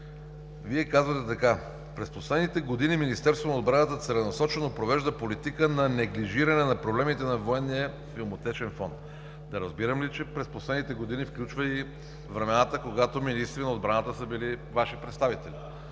Вие казвате така: през последните години Министерство на отбраната целенасочено провежда политика на неглижиране на проблемите на Военния филмотечен фонд. Да разбирам ли, че през последните години – това включва и времената, когато министри на отбраната са били Ваши представители?